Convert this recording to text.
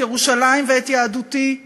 את ירושלים ואת יהדותי,